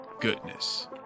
goodness